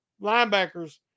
linebackers